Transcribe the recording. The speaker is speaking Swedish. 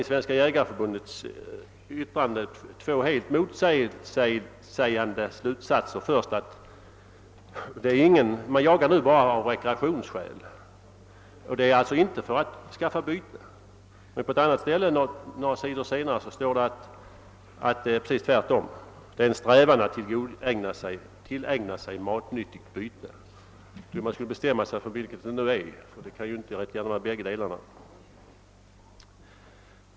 I Svenska jägareförbundets yttrande återfinns för resten två helt motsägande slutsatser. Det står först att man numera jagar enbart av rekreationsskäl och alltså inte för att skaffa byte. På ett annat ställe några sidor senare står precis tvärtom; jakten är en strävan att tillägna sig matnyttigt byte. Jag tycker att man skulle kunna bestämma sig för vilket det nu är. Det kan inte gärna vara bägge delarna.